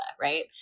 right